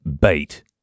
bait